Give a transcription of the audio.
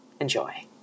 Enjoy